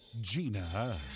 gina